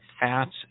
fats